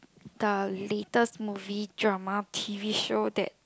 the latest movie drama t_v show that